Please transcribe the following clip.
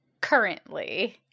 currently